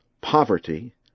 poverty